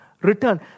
return